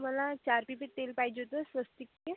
मला चार पिंपे तेल पाहिजे होतं स्वस्तिकचे